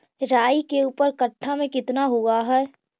राई के ऊपर कट्ठा में कितना हुआ है?